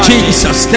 Jesus